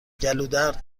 گلودرد